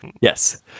Yes